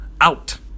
out